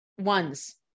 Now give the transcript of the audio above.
ones